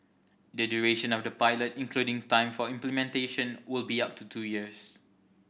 the duration of the pilot including time for implementation will be up to two years